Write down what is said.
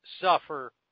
suffer